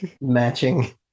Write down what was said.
matching